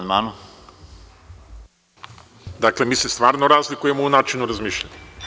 Dakle, mi se stvarno razlikujemo u načinu razmišljanja.